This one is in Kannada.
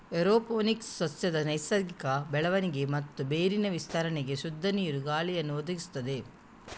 ಏರೋಪೋನಿಕ್ಸ್ ಸಸ್ಯದ ನೈಸರ್ಗಿಕ ಬೆಳವಣಿಗೆ ಮತ್ತೆ ಬೇರಿನ ವಿಸ್ತರಣೆಗೆ ಶುದ್ಧ ನೀರು, ಗಾಳಿಯನ್ನ ಒದಗಿಸ್ತದೆ